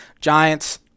Giants